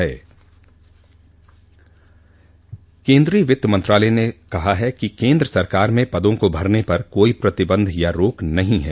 केन्द्रीय वित्त मंत्रालय ने कहा है कि केंद्र सरकार में पदों को भरने पर कोई प्रतिबंध या रोक नहीं है